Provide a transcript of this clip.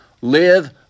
Live